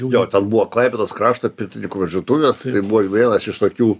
jo ten buvo klaipėdos krašto pirtininkų varžytuvės ir buvo vienas iš tokių